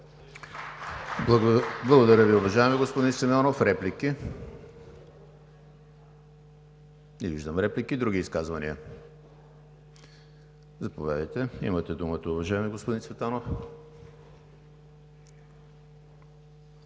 Благодаря Ви, уважаеми господин Симеонов. Реплики? Не виждам реплики. Други изказвания? Заповядайте – имате думата, уважаеми господин Цветанов.